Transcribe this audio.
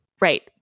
right